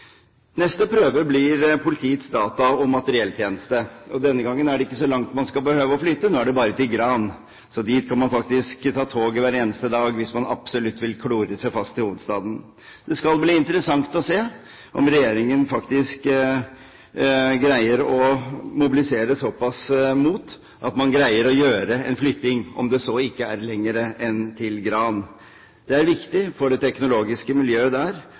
Neste prøve blir Politiets data- og materielltjeneste, og denne gangen er det ikke så langt man skal behøve å flytte. Det er bare til Gran. Dit kan man faktisk ta toget hver eneste dag, hvis man absolutt vil klore seg fast i hovedstaden. Det skal bli interessant å se om regjeringen greier å mobilisere såpass mot at den greier å få til en flytting, om det så ikke er lenger enn til Gran. Det er viktig for det teknologiske miljøet der